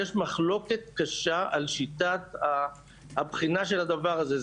היא שיש מחלוקת קשה על שיטת הבחינה של הדבר הזה.